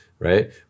right